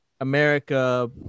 America